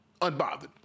unbothered